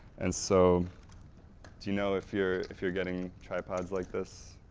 and so, do you know if you're if you're getting tripod's like this,